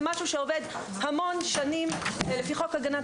זה משהו שעובד המון שנים לפי חוק הגנת